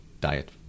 diet